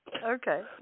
Okay